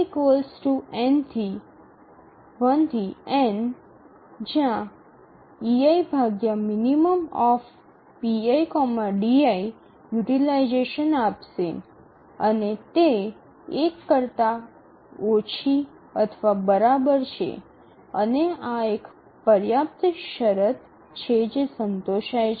utilisation આપશે અને તે ≤ 1 છે અને આ એક પર્યાપ્ત શરત છે જે સંતોષાય છે